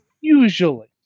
Usually